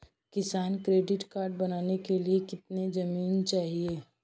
किसान credit card बनाने के लिए कितनी जमीन चाहिए?